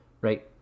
Right